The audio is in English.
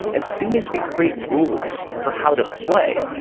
as soon as we create rules for how to play,